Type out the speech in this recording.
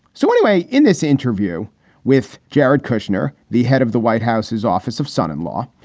so, anyway, in this interview with jared kushner, the head of the white house's office of son in law,